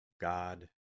God